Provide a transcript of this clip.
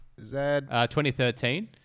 2013